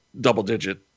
double-digit